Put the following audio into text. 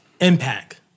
impact